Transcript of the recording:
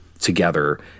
together